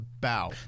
bow